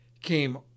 came